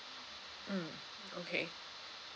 mm okay